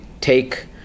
take